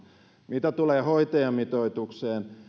mitä tulee hoitajamitoitukseen niin